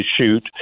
shoot